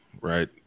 right